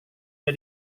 ada